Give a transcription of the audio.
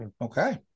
okay